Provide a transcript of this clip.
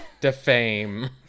Defame